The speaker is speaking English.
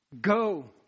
Go